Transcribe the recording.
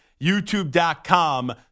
YouTube.com